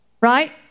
Right